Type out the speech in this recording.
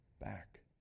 back